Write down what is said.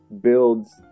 builds